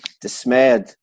dismayed